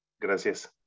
Gracias